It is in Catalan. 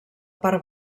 part